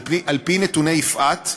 על-פי נתוני "יפעת",